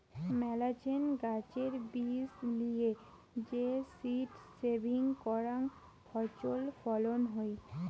মেলাছেন গাছের বীজ লিয়ে যে সীড সেভিং করাং ফছল ফলন হই